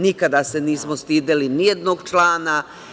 Nikada se nismo stideli nijednog člana.